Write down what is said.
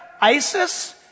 ISIS